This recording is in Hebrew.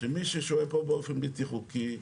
שמי ששוהה פה באופן בלתי חוקי,